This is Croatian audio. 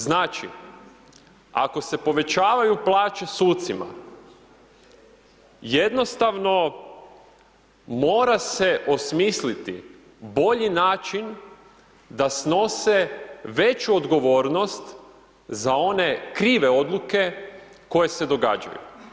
Znači, ako se povećavaju plaće sucima, jednostavno mora se osmisliti bolji način da snose veću odgovornost za one krive odluke koje se događaju.